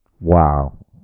Wow